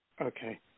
Okay